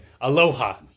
aloha